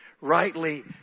Rightly